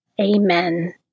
Amen